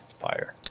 Fire